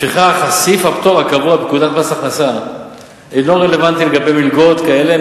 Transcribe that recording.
לפיכך סעיף הפטור הקבוע בפקודת מס ההכנסה אינו רלוונטי לגבי מלגות כאלה,